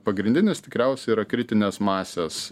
pagrindinis tikriausiai yra kritinės masės